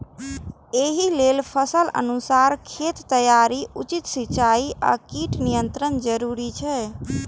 एहि लेल फसलक अनुसार खेतक तैयारी, उचित सिंचाई आ कीट नियंत्रण जरूरी छै